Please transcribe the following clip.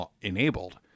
enabled